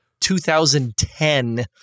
2010